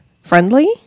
friendly